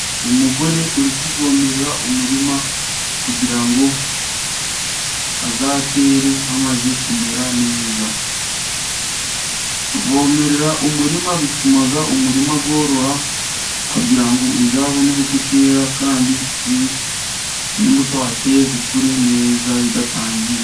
Umugore uri kuvomerera umurima kugira ngo azatere hamaze kumera neza. Kuvomerera umurima bituma umurima woroha, kugira ngo uzabone uko utera, kandi n'imbuto wateye zikure neza zidatangiwe.